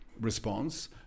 response